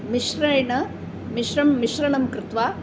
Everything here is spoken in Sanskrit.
मिश्रेण मिश्रं मिश्रणं कृत्वा